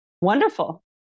Wonderful